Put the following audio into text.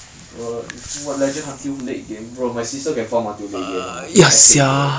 bro if what legend until late game bro my sister can farm until late game ah she's epic bro